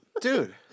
Dude